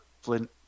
Flint